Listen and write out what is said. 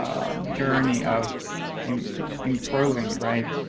journey of improving, right?